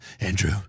Andrew